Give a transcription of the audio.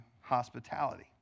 hospitality